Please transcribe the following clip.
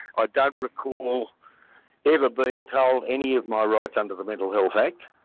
ah don't recall ever being told any of my rights under the mental health act.